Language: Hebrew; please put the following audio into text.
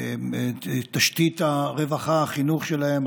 ותשתית הרווחה והחינוך שלהם,